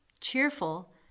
cheerful